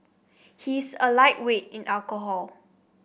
he is a lightweight in alcohol